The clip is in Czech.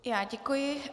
Já děkuji.